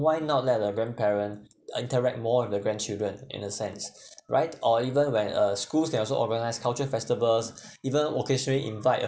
why not let a grandparent interact more with the grandchildren in a sense right or even when uh schools they also organise cultural festivals even occasionally invite a~